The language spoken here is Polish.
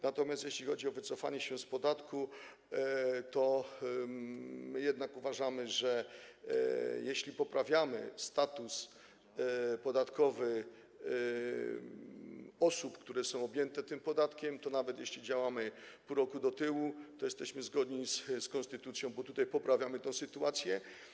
Natomiast jeśli chodzi o wycofanie się z podatku, to jednak uważamy, że jeżeli poprawiamy status podatkowy osób, które są objęte tym podatkiem, to nawet jeśli działamy pół roku do tyłu, to jesteśmy w zgodzie z konstytucją, bo tutaj poprawiamy tę sytuację.